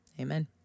amen